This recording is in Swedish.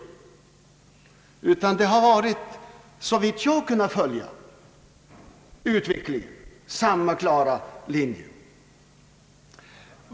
Såvitt jag har kunnat finna har han alltid följt samma klara linje.